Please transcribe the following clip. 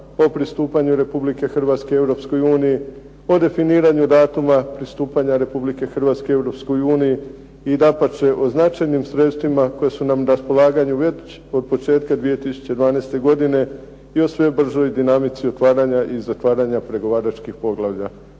o pristupanju Republike Hrvatske EU, o definiranju datuma pristupanja Republike Hrvatske EU i dapače o značajnim sredstvima koja su nam na raspolaganju već od početka 2012. godine i o sve bržoj dinamici otvaranja i zatvaranja pregovaračkih poglavlja.